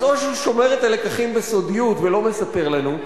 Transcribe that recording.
אז או שהוא שומר את הלקחים בסודיות ולא מספר לנו,